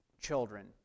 children